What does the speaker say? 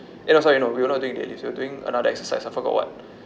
eh no sorry no we were not doing dead lifts we were doing another exercise I forgot what